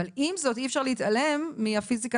אבל עם זאת אי אפשר להתעלם ממקצועות הפיזיקה